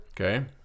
Okay